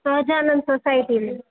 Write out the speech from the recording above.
Swajanand society में